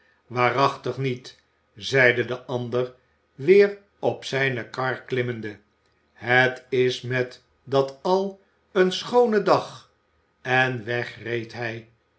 waarachtig niet zeide de ander weer op zijne kar klimmende het is met dat al een schoone dag en weg reed hij